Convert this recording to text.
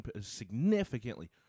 significantly